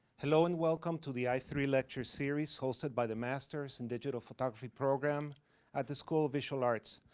hello and welcome to the i three lecture series hosting by the master's in digital photography program at the school of visual arts.